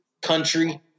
country